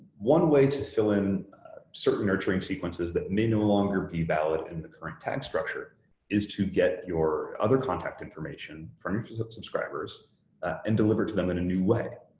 one way to fill in certain nurturing sequences that may no longer be valid in the current tag structure is to get your other contact information from your subscribers and deliver to them in a new way.